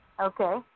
Okay